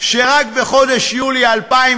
שרק בחודש יולי 2015,